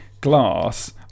glass